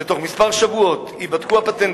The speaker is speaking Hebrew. שתוך שבועות מספר ייבדקו הפטנטים,